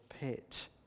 pit